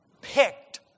picked